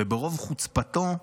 וברוב חוצפתו,